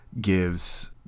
gives